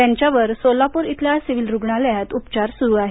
त्यांच्यावर सोलापूर येथील सिव्हिल रुग्णालयात उपचार सुरू आहेत